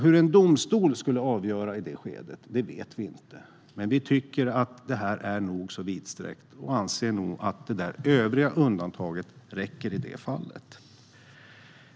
Hur en domstol skulle avgöra i ett sådant fall vet vi inte. Men vi anser att det här är nog så vidsträckt och att undantaget Övriga omständigheter räcker i det fallet.